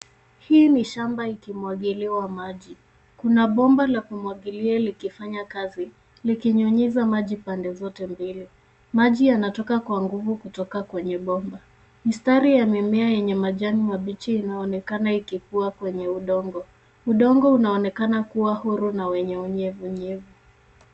Hii ni shamba ikimwagiliwa maji. Kuna bomba la kumwagilia likifanya kazi likinyunyiza maji pande zote mbili. Maji yanatoka kwa nguvu kutoka kwenye bomba. Mistari ya mimea yenye majani mabichi inaonekana ikikua kwenye udongo. Udongo unaonekana kuwa huru na wenye unyevunyevu.